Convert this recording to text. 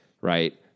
right